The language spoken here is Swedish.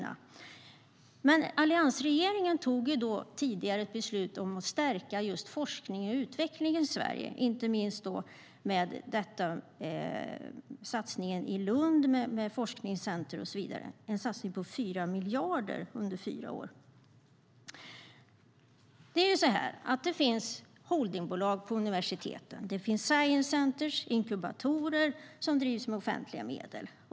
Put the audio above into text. Alliansregeringen tog tidigare ett beslut om att stärka forskning och utveckling i Sverige, inte minst med satsningen i Lund på forskningscenter och så vidare med 4 miljarder under fyra år. Det finns holdingbolag på universiteten. Det finns science centers och inkubatorer som drivs med offentliga medel.